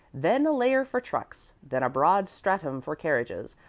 then a layer for trucks, then a broad stratum for carriages,